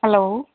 hello